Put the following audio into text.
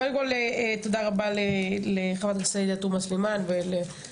קודם כל תודה רבה לחברת הכנסת עאידה תומא סלימאן וחברות